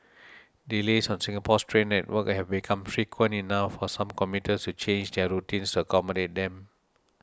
delays on Singapore's train network have become frequent enough for some commuters to change their routines to accommodate them